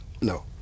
No